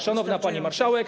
Szanowna Pani Marszałek!